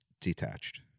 detached